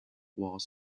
walls